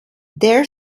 their